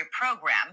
program